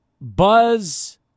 Buzz